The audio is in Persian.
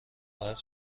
خواهد